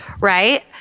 right